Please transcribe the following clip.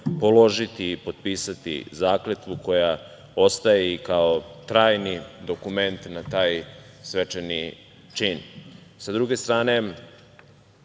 položiti i potpisati zakletvu koja ostaje i kao trajni dokument na taj svečani čin. Sa druge strane,